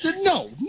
No